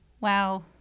Wow